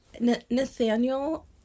Nathaniel